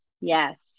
Yes